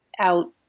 out